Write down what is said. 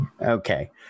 Okay